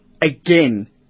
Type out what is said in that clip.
again